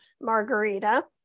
margarita